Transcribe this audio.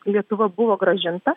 lietuva buvo grąžinta